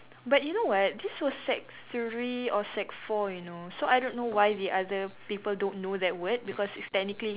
but you know what this was sec three or sec four you know so I don't know why the other people don't know that word because it's technically